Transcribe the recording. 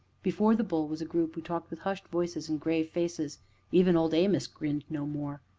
before the bull was a group who talked with hushed voices and grave faces even old amos grinned no more.